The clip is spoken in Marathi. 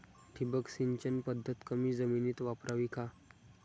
ठिबक सिंचन पद्धत कमी जमिनीत वापरावी का?